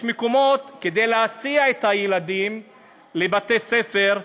יש מקומות שכדי להסיע את הילדים לבתי ספר,